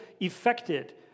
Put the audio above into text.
affected